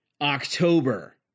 October